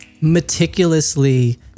meticulously